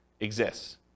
exists